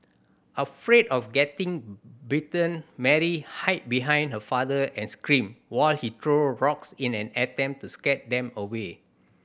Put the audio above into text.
afraid of getting bitten Mary hide behind her father and screamed while he threw rocks in an attempt to scare them away